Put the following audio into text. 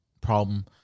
problem